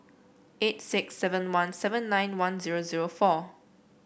eight six seven one seven nine one zero zero four